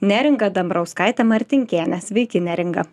neringa dambrauskaite martinkėne sveiki neringa